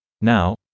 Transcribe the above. Now